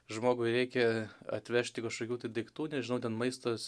žmogui reikia atvežti kažkokių tai daiktų nežinau ten maistas